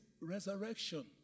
Resurrection